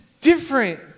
different